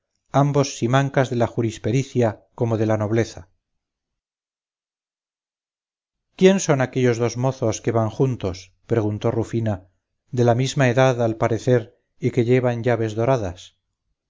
ambos simancas de la jurispericia como de la nobleza quién son aquellos dos mozos que van juntos preguntó rufina de una misma edad al parecer y que llevan llaves doradas